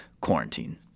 quarantine